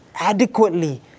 adequately